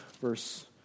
verse